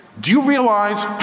do you realize?